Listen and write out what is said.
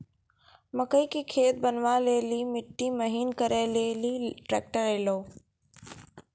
मकई के खेत बनवा ले ली मिट्टी महीन करे ले ली ट्रैक्टर ऐलो?